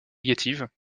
négative